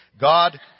God